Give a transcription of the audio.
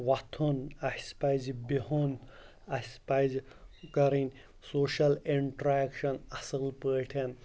وۄتھُن اَسہِ پَزِ بِہُن اَسہِ پَزِ کَرٕنۍ سوشَل اِنٹرٛٮ۪کشَن اَصٕل پٲٹھۍ